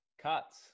cuts